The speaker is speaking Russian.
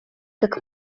как